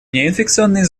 неинфекционные